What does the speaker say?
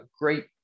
great